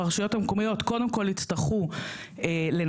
הרשויות המקומיות קודם כל יצטרכו לנקות,